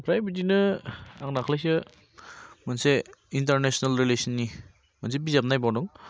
ओमफ्राय बिदिनो आं दाख्लैसो मोनसे इन्टारनेसनेल रिलेसन नि मोनसे बिजाब नायबावदों